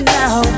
now